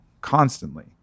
constantly